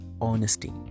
honesty